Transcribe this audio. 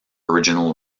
original